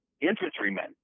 infantrymen